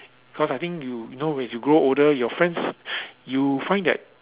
cause I think you know when you grow older your friends you find that